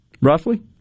roughly